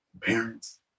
parents